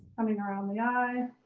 i mean around the eye.